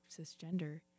cisgender